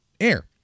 air